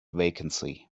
vacancy